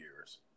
years